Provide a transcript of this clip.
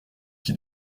qui